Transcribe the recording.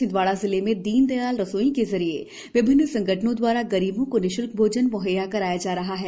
छिंदवाड़ा जिले में दीनदयाल रसोई के जरिए विभिन्न संगठनों दवारा गरीबों को निशुल्क भोजन मुहैया कराया जा रहा है